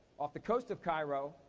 off the coast of cairo,